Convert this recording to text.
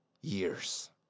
years